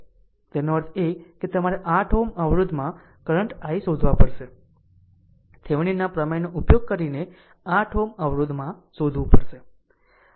તેનો અર્થ એ કે તમારે 8 Ω અવરોધ માં કરંટ i શોધવા પડશે થેવેનિન ના પ્રમેયનો ઉપયોગ કરીને 8 Ω અવરોધ માં શોધવું પડશે